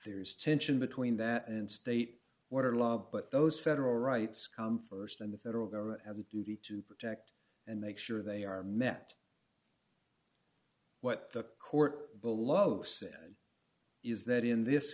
there is tension between that and state water law but those federal rights come st and the federal government has a duty to protect and make sure they are met what the court below said is that in this